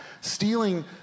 Stealing